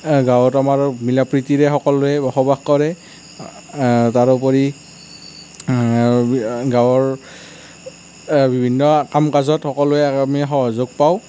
গাঁৱত আমাৰ মিলা প্ৰীতিৰে সকলোৱে বসবাস কৰে তাৰোপৰি গাঁৱৰ বিভিন্ন কাম কাজত সকলোৱে আমি সহযোগ পাওঁ